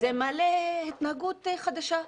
זה מעלה התנהגות חדשה,